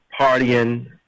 partying